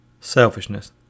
selfishness